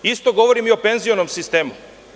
Isto govorim i o penzionom sistemu.